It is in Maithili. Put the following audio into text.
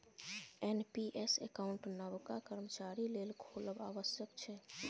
एन.पी.एस अकाउंट नबका कर्मचारी लेल खोलब आबश्यक छै